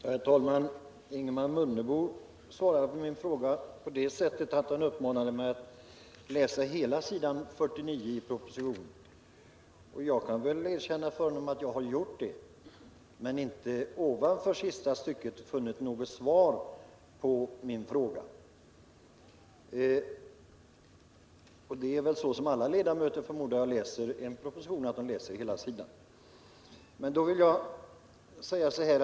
Herr talman! Ingemar Mundebo besvarade min fråga genom att uppmana mig att läsa hela s. 49 i propositionen. Det har jag faktiskt gjort men inte heller ovanför sista stycket funnit något svar på min fråga. Jag förmodar att alla ledamöter liksom jag läser hela sidan när de tar del av något ur en proposition.